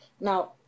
now